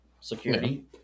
security